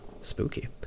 spooky